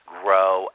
grow